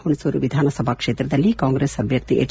ಹುಣಸೂರು ವಿಧಾನಸಭಾ ಕ್ಷೇತ್ರದಲ್ಲಿ ಕಾಂಗ್ರೆಸ್ ಅಭ್ಯರ್ಥಿ ಎಚ್